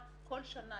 פנימיים,